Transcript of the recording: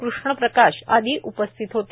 कृष्णप्रकाश आदी उपस्थित होते